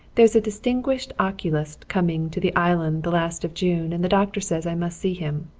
there is a distinguished oculist coming to the island the last of june and the doctor says i must see him.